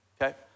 okay